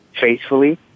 faithfully